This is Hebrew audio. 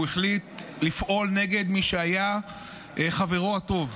הוא החליט לפעול נגד מי שהיה חברו הטוב,